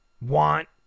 want